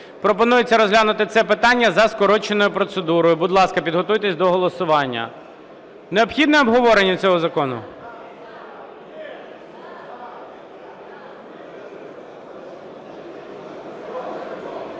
Пропонується розглянути це питання за скороченою процедурою. Будь ласка, підготуйтесь до голосування. Необхідне обговорення закону?